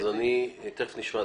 תכף נשמע.